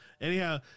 Anyhow